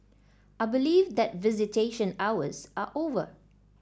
I believe that visitation hours are over